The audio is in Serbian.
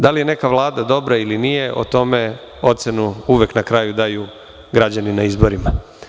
Da li je neka vlada dobra ili nije o tome ocenu uvek na kraju daju građani na izborima.